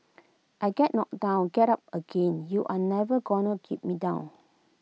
I get knocked down get up again you're never gonna keep me down